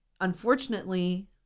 unfortunately